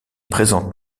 présentent